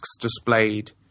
displayed